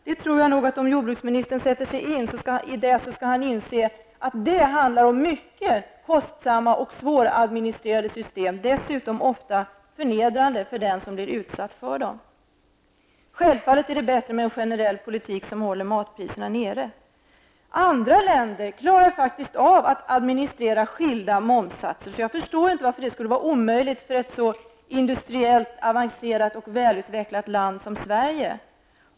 Jag tror att om jordbruksministern sätter sig in i detta, så skall han inse att det handlar om mycket kostsamma och svåradministrerade system, och dessutom ofta förnedrande för den som blir utsatt för dem. Självfallet är det bättre med en generell politik som håller matpriserna nere. Andra länder klarar faktiskt av att administrera skilda momssatser, så jag förstår inte varför det skulle vara omöjligt för ett så industriellt avancerat och välutvecklat land som Sverige.